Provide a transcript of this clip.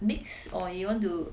mix or you want to